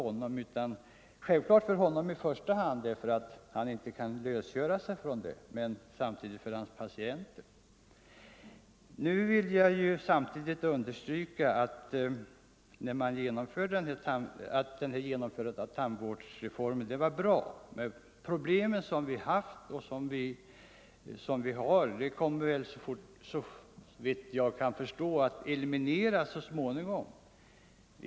Det är självfallet bekymmersamt i första hand för tandläkaren, eftersom han inte kan lösgöra sig från praktiken, men — Nr 126 samtidigt för hans patienter. Torsdagen den Jag vill understryka att tandvårdsreformens genomförande var en bra 21 november 1974 åtgärd. De problem som vi haft och har kommer såvitt jag kan förstå = så småningom att kunna bemästras.